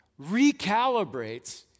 recalibrates